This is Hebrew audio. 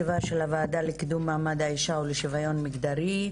אני פותחת את הישיבה של הוועדה לקידום מעמד האישה ולשוויון מגדרי.